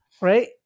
right